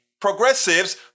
progressives